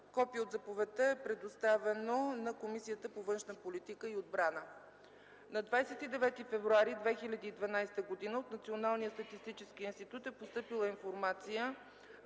Копие от заповедта е предоставено на Комисията по външна политика и отбрана. На 29 февруари 2012 г. от Националния статистически институт е постъпила информация